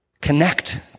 connect